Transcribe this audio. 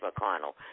McConnell